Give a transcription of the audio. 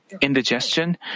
indigestion